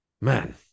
man